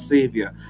Savior